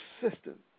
persistent